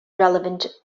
relevant